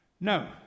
No